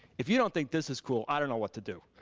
if you don't think this is cool, i don't know what to do.